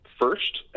first